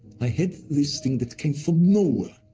i had this thing that came from nowhere.